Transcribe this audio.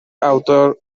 autor